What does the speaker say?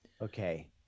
Okay